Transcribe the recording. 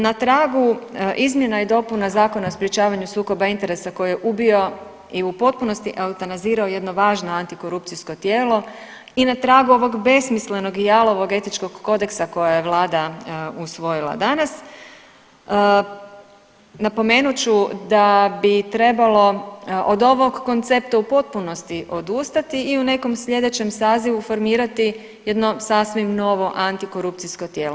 Na tragu izmjena i dopuna Zakona o sprječavanju sukoba interesa koji je ubio i u potpunost eutanizirao jedno važno antikorupcijsko tijelo i na tragu ovog besmislenog i jalovog Etičkog kodeksa koja je Vlada usvojila danas napomenut ću da bi trebalo od ovog koncepta u potpunosti odustati i u nekom sljedećem sazivu formirati jedno sasvim novo antikorupcijsko tijelo.